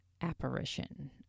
apparition